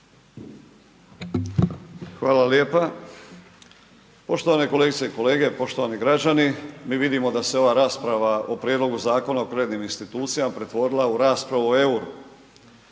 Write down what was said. Hvala lijepa. Poštovane kolegice i kolege, poštovani građani, mi vidimo da se ova rasprava o Prijedlogu Zakona o kreditnim institucijama pretvorila o raspravu u EUR-o.